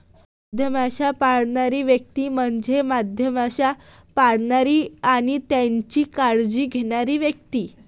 मधमाश्या पाळणारी व्यक्ती म्हणजे मधमाश्या पाळणारी आणि त्यांची काळजी घेणारी व्यक्ती